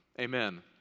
Amen